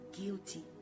guilty